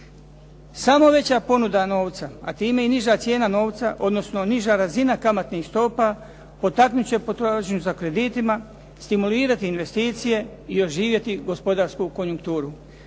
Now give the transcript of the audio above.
Samo veća ponuda novca a time i niža cijena novca odnosno niža razina kamatnih stopa potaknut će potražnju za kreditima, stimulirati investicije i oživjeti gospodarsku konjukturu.